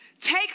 take